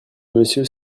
monsieur